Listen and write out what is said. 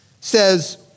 says